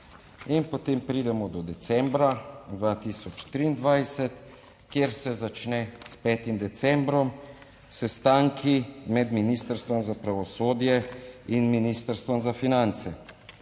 In potem pridemo do decembra 2023, kjer se začne s petim decembrom sestanki med Ministrstvom za pravosodje in Ministrstvom za finance.